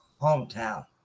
hometown